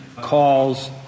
calls